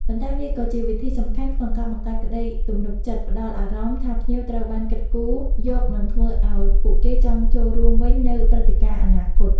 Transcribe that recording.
ប៉ុន្តែវាក៏ជាវិធីសំខាន់ក្នុងការបង្កើតក្តីទំនុកចិត្ត ផ្តល់អារម្មណ៍ថាភ្ញៀវត្រូវបានគិតគូរយក និងធ្វើឲ្យពួកគេចង់ចូលរួមវិញនៅព្រឹត្តិការណ៍អនាគត។